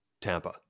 Tampa